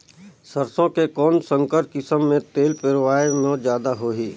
सरसो के कौन संकर किसम मे तेल पेरावाय म जादा होही?